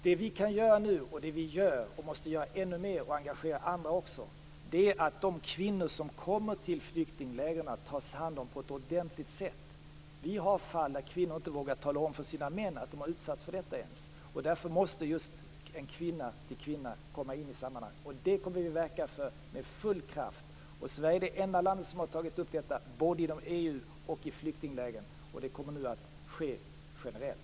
Det vi kan göra nu, det vi gör och måste göra ännu mer och engagera andra också är att se till att de kvinnor som kommer till flyktinglägren tas om hand på ett ordentligt sätt. Vi har fall där kvinnor inte ens har vågat tala om för sina män att de har utsatts för detta. Därför måste just Kvinna till Kvinna komma in i sammanhanget. Det kommer vi att verka för med full kraft. Sverige är det enda land som har tagit upp detta både inom EU och i flyktinglägren. Det kommer nu att ske generellt.